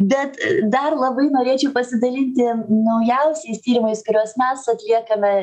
bet dar labai norėčiau pasidalinti naujausiais tyrimais kuriuos mes atliekame